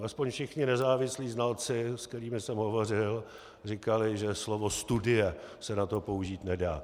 Aspoň všichni nezávislí znalci, se kterými jsem hovořil, říkali, že slovo studie se na to použít nedá.